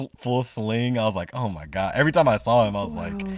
and full sling. i was like, oh my gosh. every time i saw him, i was like,